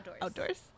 outdoors